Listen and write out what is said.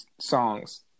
songs